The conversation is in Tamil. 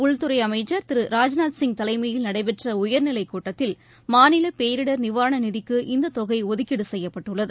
உள்துறை அமைச்சர் திரு ராஜ்நாத் சிங் தலைமையில் நடைபெற்ற உயர் நிலை கூட்டத்தில் மாநில பேரிடர் நிவாரண நிதிக்கு இந்தத் தொகை ஒதுக்கீடு செய்யப்பட்டுள்ளது